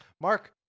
mark